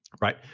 right